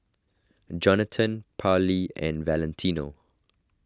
Johnathon Parlee and Valentino